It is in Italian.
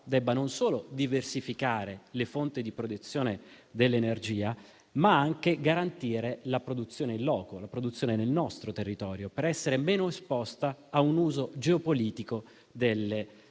debbano non solo diversificare le fonti di produzione dell'energia, ma anche garantire la produzione *in loco*, nel nostro territorio, così da essere meno esposte a un uso geopolitico delle risorse